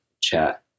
chat